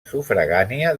sufragània